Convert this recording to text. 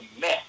mess